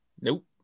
Nope